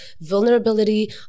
vulnerability